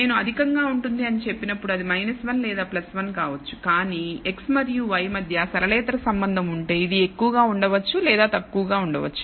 నేను అధికంగా ఉంటుంది అని చెప్పినప్పుడు అది 1 లేదా 1 కావచ్చు కానీ x మరియు y మధ్య సరళేతర సంబంధం ఉంటే ఇది ఎక్కువగా ఉండవచ్చు లేదా తక్కువగా ఉండవచ్చు